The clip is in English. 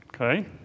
Okay